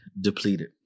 depleted